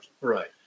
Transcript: Right